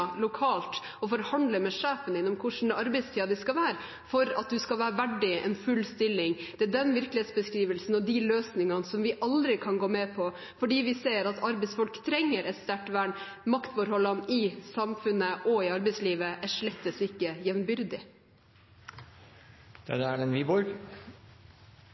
lokalt og forhandle med sjefen om hvordan ens arbeidstid din skal være for at en skal være verdig en full stilling. Det er den virkelighetsbeskrivelsen og de løsningene som vi aldri kan gå med på, fordi vi ser at arbeidsfolk trenger et sterkt vern. Maktforholdene i samfunnet og i arbeidslivet er slett ikke jevnbyrdige. Det